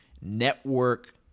network